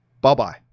bye-bye